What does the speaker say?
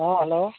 ᱦᱮᱸ ᱦᱮᱞᱳ